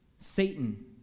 Satan